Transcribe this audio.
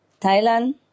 Thailand